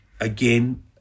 again